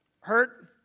hurt